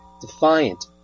defiant